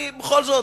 אני בכל זאת,